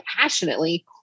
passionately